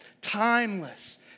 timeless